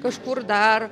kažkur dar